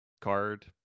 card